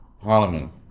Parliament